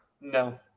no